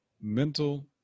mental